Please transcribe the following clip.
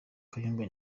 kayumba